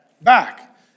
back